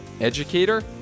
educator